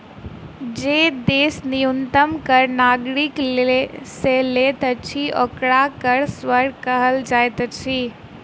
जे देश न्यूनतम कर नागरिक से लैत अछि, ओकरा कर स्वर्ग कहल जाइत अछि